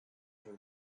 her